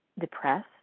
depressed